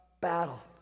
battle